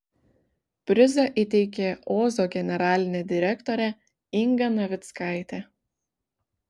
prizą įteikė ozo generalinė direktorė inga navickaitė